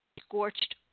scorched